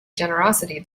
generosity